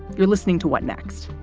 you're listening to what next?